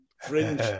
fringe